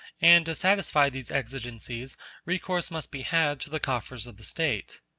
and to satisfy these exigencies recourse must be had to the coffers of the state.